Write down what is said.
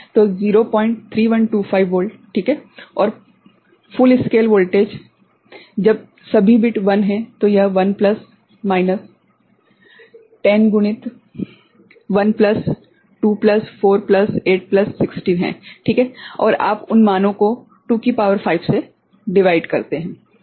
तो 03125 वोल्ट ठीक है और पूर्ण स्केल वोल्टेज जब सभी बिट्स 1 हैं तो यह 1 प्लस 10 गुणित 1 प्लस 2 प्लस 4 प्लस 8 प्लस 16 है ठीक है और आप उन मानों को 2 की शक्ति 5 से विभाजित करते है